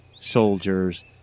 soldiers